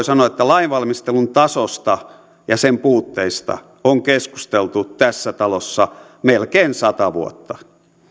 sanoa että lainvalmistelun tasosta ja sen puutteista on keskusteltu tässä talossa melkein sata vuotta